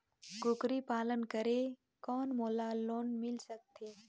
कूकरी पालन करे कौन मोला लोन मिल सकथे?